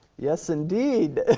yes indeed